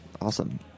Awesome